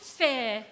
fear